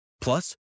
Plus